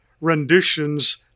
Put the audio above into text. renditions